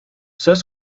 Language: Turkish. söz